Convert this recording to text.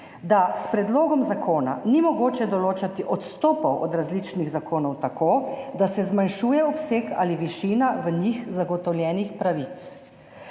da s predlogom zakona ni mogoče določati odstopov od različnih zakonov tako, da se zmanjšuje obseg ali višina v njih zagotovljenih pravic.